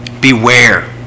beware